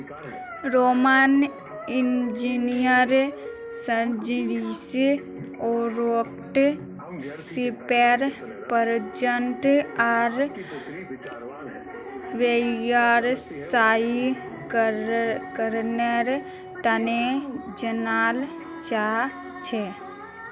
Roman engineer Sergius ओराटाक सीपेर प्रजनन आर व्यावसायीकरनेर तने जनाल जा छे